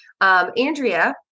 Andrea